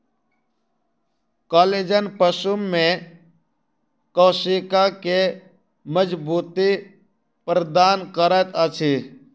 collagen पशु में कोशिका के मज़बूती प्रदान करैत अछि